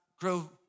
grow